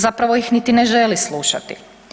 Zapravo ih niti ne želi slušati.